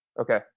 Okay